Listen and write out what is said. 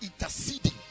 interceding